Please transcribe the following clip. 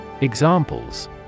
Examples